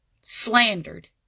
slandered